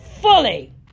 fully